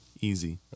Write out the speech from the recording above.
easy